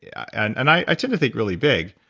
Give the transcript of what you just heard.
yeah and and i tend to think really big,